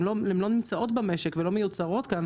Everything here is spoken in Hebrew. הן לא נמצאות במשק ולא מיוצרות כאן,